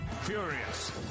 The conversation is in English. Furious